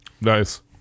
Nice